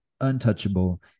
untouchable